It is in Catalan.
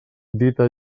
dita